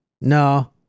No